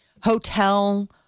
hotel